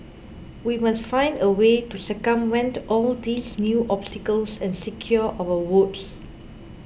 we must find a way to circumvent all these new obstacles and secure our votes